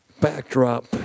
backdrop